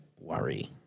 worry